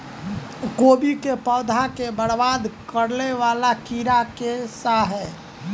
कोबी केँ पौधा केँ बरबाद करे वला कीड़ा केँ सा है?